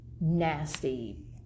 nasty